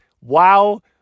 wow